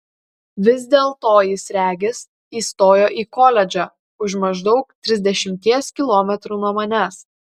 vis dėlto jis regis įstojo į koledžą už maždaug trisdešimties kilometrų nuo manęs